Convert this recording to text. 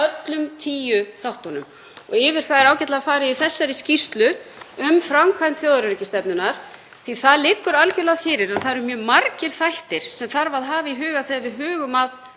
og yfir það er farið í þessari skýrslu um framkvæmd þjóðaröryggisstefnunnar. Það liggur algerlega fyrir að það eru mjög margir þættir sem þarf að hafa í huga þegar við hugum að